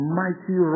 mighty